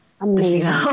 Amazing